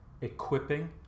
equipping